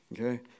Okay